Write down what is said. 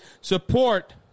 support